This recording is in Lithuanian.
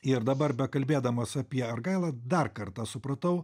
ir dabar bekalbėdamas apie argailą dar kartą supratau